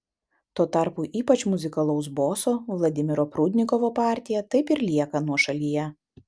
tuo tarpu ypač muzikalaus boso vladimiro prudnikovo partija taip ir lieka nuošalyje